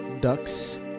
Ducks